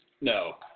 No